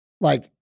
like-